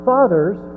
Fathers